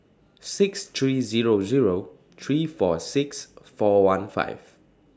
six three Zero Zero three four six four one five